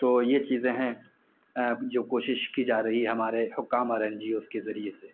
تو یہ چیزیں ہیں جو کوشش کی جا رہی ہے ہمارے حکام اور این جی اوز کے ذریعے سے